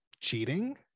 cheating